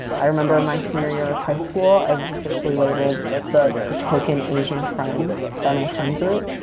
i remember my senior year of high school, i was officially labeled the the token asian friend by my friend group.